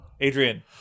Adrian